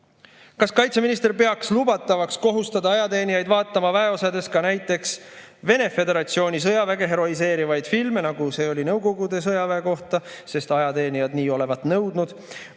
Kas kaitseminister peaks lubatavaks kohustada ajateenijaid vaatama väeosades ka näiteks Vene Föderatsiooni sõjaväge heroiseerivaid filme, nagu neid oli Nõukogude sõjaväest, kui ajateenijad [seda nõuaksid],